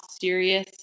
serious